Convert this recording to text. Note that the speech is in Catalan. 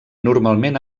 normalment